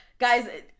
guys